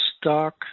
stock